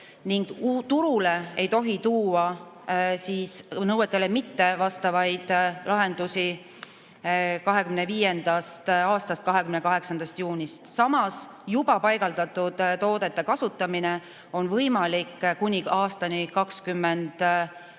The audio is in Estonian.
ning turule ei tohi tuua nõuetele mittevastavaid lahendusi 2025. aasta 28. juunist. Samas, juba paigaldatud toodete kasutamine on võimalik kuni aastani 2045.